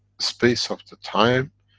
space, of the time,